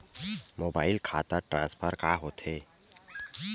Mobile खाता transfer का होथे?